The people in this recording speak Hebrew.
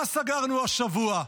מה סגרנו השבוע?